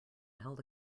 held